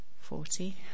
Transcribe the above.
Forty